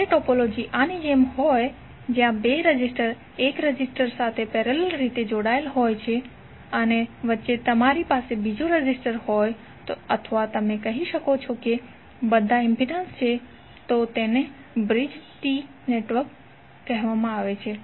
જ્યારે ટોપોલોજી આની જેમ હોય છે જ્યાં બે રેઝિસ્ટન્સ એક રેઝિસ્ટર સાથે પેરેલલ રીતે જોડાયેલા હોય છે અને વચ્ચે તમારી પાસે બીજો રેઝિસ્ટર હોય છે અથવા તમે કહી શકો છો કે તે બધા ઇમ્પિડન્સ છે તો તેને બ્રિજ્ડ ટી નેટવર્ક કહે છે